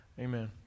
Amen